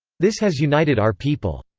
this has united our people.